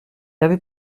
avait